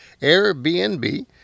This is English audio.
Airbnb